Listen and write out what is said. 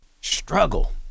Struggle